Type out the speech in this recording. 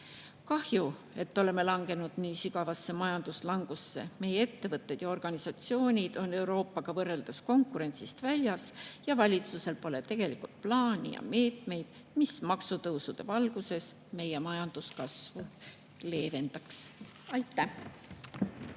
Kahju, et oleme sattunud nii sügavasse majanduslangusse. Meie ettevõtted ja organisatsioonid on Euroopaga võrreldes konkurentsist väljas ja valitsusel pole tegelikult plaani ja meetmeid, mis maksutõusude valguses meie majandus[langust] leevendaks. Aitäh!